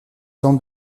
tente